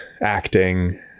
acting